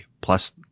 plus